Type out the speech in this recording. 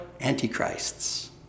antichrists